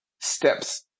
steps